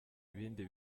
ibindi